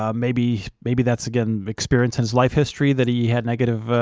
ah maybe maybe that's again experience in his life history, that he had negative,